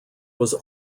was